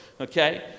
Okay